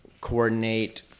coordinate